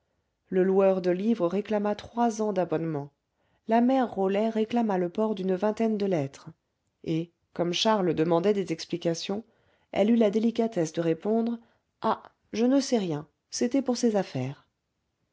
le loueur de livres réclama trois ans d'abonnement la mère rolet réclama le port d'une vingtaine de lettres et comme charles demandait des explications elle eut la délicatesse de répondre ah je ne sais rien c'était pour ses affaires